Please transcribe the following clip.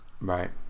Right